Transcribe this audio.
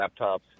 laptops